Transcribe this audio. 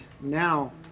now